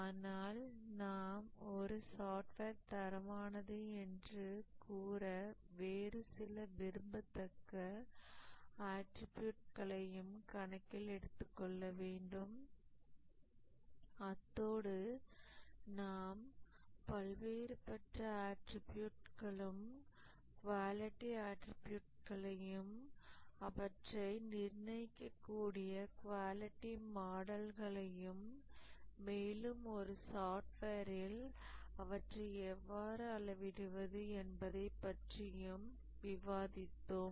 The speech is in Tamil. ஆனால் நாம் ஒரு சாஃப்ட்வேர் தரமானது என்று கூற வேறு சில விரும்பத்தக்க ஆட்ரிபியூட்களையும் கணக்கில் எடுத்துக் கொள்ள வேண்டும் அத்தோடு நாம் பல்வேறுபட்ட ஆட்ரிபியூட்களும் குவாலிட்டி ஆட்ரிபியூட்களையும் அவற்றை நிர்ணயிக்கக்கூடிய குவாலிட்டி மாடல்களையும் மேலும் ஒரு சாஃப்ட்வேரில் அவற்றை எவ்வாறு அளவிடுவது என்பதைப் பற்றியும் விவாதித்தோம்